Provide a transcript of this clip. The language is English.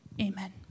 Amen